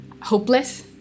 hopeless